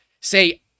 Say